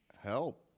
help